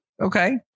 Okay